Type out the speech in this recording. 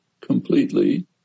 completely